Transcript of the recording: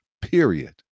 period